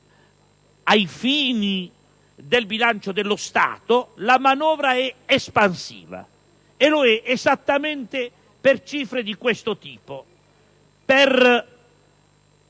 ai fini del bilancio dello Stato - la manovra è espansiva, e lo è esattamente per le seguenti